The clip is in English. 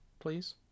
please